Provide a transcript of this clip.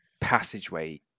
passageway